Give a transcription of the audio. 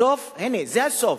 הסוף, הנה זה הסוף.